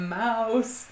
mouse